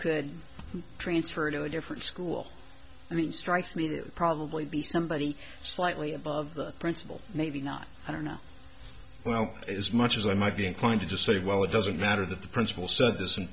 could transfer to a different school and he strikes me as probably be somebody slightly above the principal maybe not i don't know well as much as i might be inclined to just say well it doesn't matter that the principal said this and